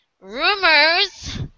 rumors